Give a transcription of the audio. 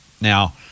Now